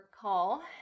call